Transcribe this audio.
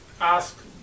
ask